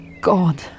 God